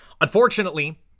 unfortunately